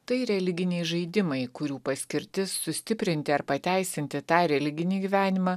tai religiniai žaidimai kurių paskirtis sustiprinti ar pateisinti tą religinį gyvenimą